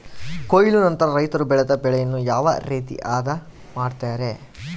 ಕೊಯ್ಲು ನಂತರ ರೈತರು ಬೆಳೆದ ಬೆಳೆಯನ್ನು ಯಾವ ರೇತಿ ಆದ ಮಾಡ್ತಾರೆ?